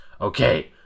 Okay